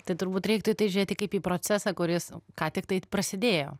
tai turbūt reiktų į tai žiūrėti kaip į procesą kuris ką tik tai prasidėjo